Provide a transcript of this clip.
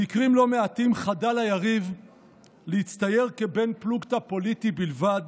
במקרים לא מעטים חדל היריב להצטייר כבן-פלוגתא פוליטי בלבד,